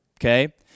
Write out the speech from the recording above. okay